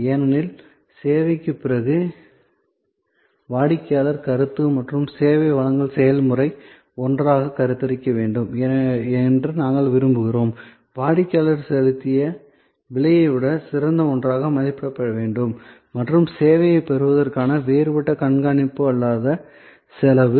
ஏனெனில் சேவைக்குப் பிறகு வாடிக்கையாளர் கருத்து மற்றும் சேவை வழங்கல் செயல்முறையை ஒன்றாகக் கருத்தரிக்க வேண்டும் என்று நாங்கள் விரும்புகிறோம் வாடிக்கையாளர் செலுத்திய விலையை விட சிறந்த ஒன்றாக மதிப்பிடப்பட வேண்டும் மற்றும் சேவையைப் பெறுவதற்கான வேறுபட்ட கண்காணிப்பு அல்லாத செலவு